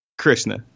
Krishna